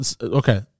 Okay